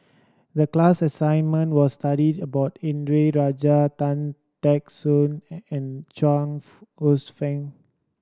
the class assignment was to study about Indranee Rajah Tan Teck Soon and and Chuang Hsueh Fang